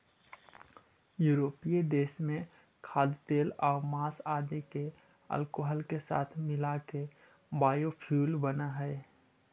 यूरोपीय देश में खाद्यतेलआउ माँस आदि के अल्कोहल के साथ मिलाके बायोफ्यूल बनऽ हई